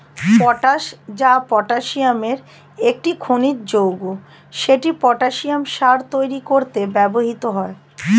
potash, যা পটাসিয়ামের একটি খনিজ যৌগ, সেটি পটাসিয়াম সার তৈরি করতে ব্যবহৃত হয়